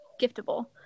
giftable